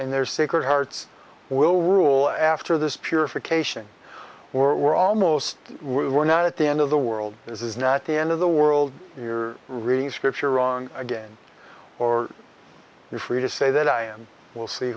and their sacred hearts will rule after this purification or we're almost we're not at the end of the world this is not the end of the world you're reading scripture wrong again or you're free to say that i and we'll see